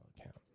account